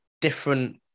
different